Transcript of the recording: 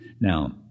Now